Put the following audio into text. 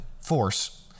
force